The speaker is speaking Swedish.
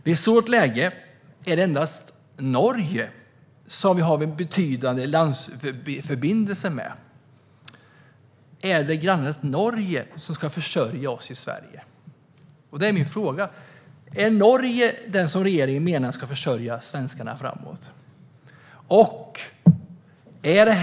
I ett sådant läge är det endast Norge som vi har en betydande landförbindelse med. Är det grannlandet Norge som ska försörja oss i Sverige? Det är min fråga. Är det Norge som regeringen menar ska försörja svenskarna?